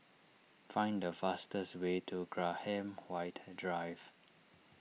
find the fastest way to Graham White Drive